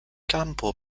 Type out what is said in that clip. campo